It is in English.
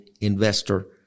investor